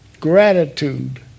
Gratitude